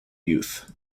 youth